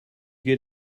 get